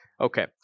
okay